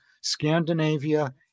Scandinavia